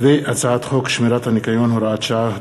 והצעת חוק שמירת הניקיון (הוראת שעה),